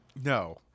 No